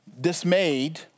dismayed